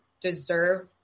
deserve